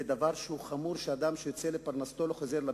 זה דבר חמור שאדם שיוצא לפרנסתו לא חוזר לביתו.